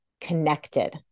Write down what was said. connected